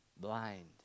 blind